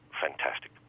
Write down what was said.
fantastic